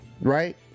right